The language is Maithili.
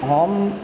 हम